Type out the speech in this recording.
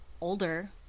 older